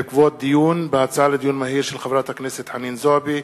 הצעתה של חברת הכנסת חנין זועבי.